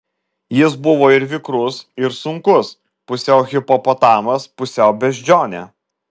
jis buvo ir vikrus ir sunkus pusiau hipopotamas pusiau beždžionė